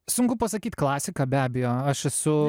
sunku pasakyt klasika be abejo aš esu